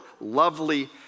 lovely